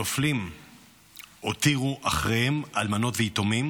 הנופלים הותירו אחריהם אלמנות ויתומים,